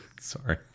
Sorry